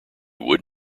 would